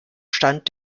stand